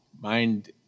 mind